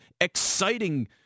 exciting